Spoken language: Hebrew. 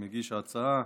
מגיש ההצעה,